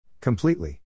Completely